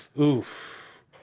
Oof